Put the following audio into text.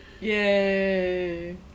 yay